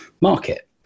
market